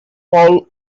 paul